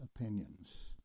opinions